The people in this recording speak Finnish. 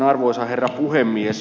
arvoisa herra puhemies